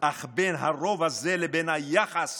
אך בין הרוב הזה לבין היחס